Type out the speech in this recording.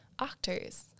actors